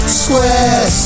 square